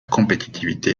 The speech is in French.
compétitivité